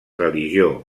religió